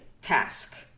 task